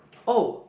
oh